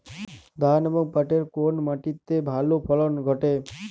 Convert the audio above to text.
ধান এবং পাটের কোন মাটি তে ভালো ফলন ঘটে?